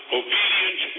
obedient